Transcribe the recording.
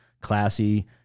classy